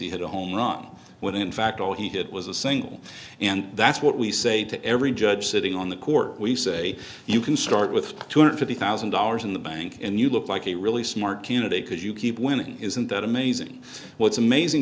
he had a homerun when in fact all he did was a single and that's what we say to every judge sitting on the court we say you can start with two hundred fifty thousand dollars in the bank and you look like a really smart community because you keep winning isn't that amazing what's amazing